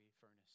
furnace